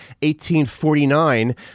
1849